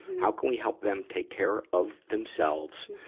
how can we help them take care of themselves,